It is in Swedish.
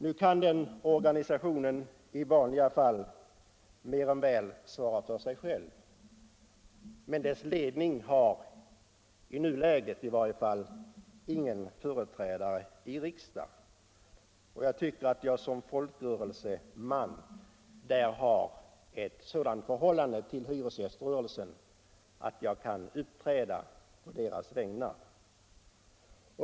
Nu kan den organisationen i vanliga fall mer än väl svara för sig själv, men dess ledning har i varje fall i nuläget ingen företrädare i riksdagen. Jag tycker att jag som folkrörelseman har ett sådant förhållande till hyresgäströrelsen att jag kan uppträda på dess vägnar.